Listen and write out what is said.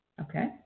okay